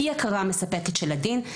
אי-הכרה מספקת של הדין,